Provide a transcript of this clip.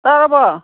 ꯇꯥꯔꯥꯕꯣ